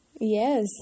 Yes